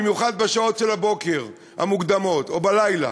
במיוחד בשעות המוקדמות של הבוקר או בלילה.